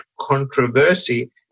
controversy